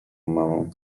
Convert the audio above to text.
mamą